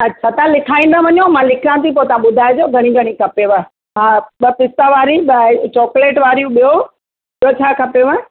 अच्छा तव्हां लिखाईंदा वञो मां लिखा थी पोइ तव्हां ॿुधाइजो घणी घणी खपेव हा ॿ पिस्ता वारी ॿ अ चॉकलेट वारी ॿियो ॿियो छा खपेव